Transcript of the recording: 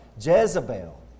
Jezebel